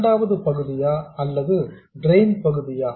இரண்டாவது பகுதியா அல்லது டிரெயின் பகுதியா